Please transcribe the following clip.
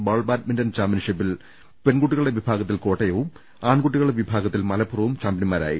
ball badminton ചാമ്പ്യൻഷിപ്പിൽ പെൺകൂട്ടികളുടെ വിഭാഗത്തിൽ കോട്ട യവും ആൺകുട്ടികളുടെ വിഭാഗത്തിൽ മലപ്പുറവും ചാമ്പൃന്മാരായി